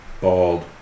bald